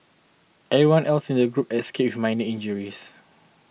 everyone else in the group escaped with minor injuries